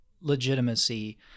legitimacy